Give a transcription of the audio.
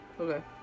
Okay